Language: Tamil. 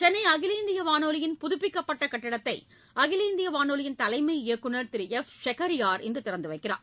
சென்னை அகில இந்திய வானொலியின் புதுப்பிக்கப்பட்ட கட்டடத்தை அகில இந்திய வானொலியின் தலைமை இயக்குநர் திரு எஃப் ஷெகரியார் இன்று திறந்துவைக்கிறார்